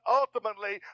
ultimately